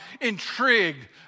intrigued